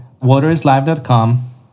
waterislive.com